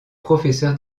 professeur